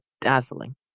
dazzling